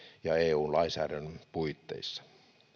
ja eun lainsäädännön puitteissa